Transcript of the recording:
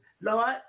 Lord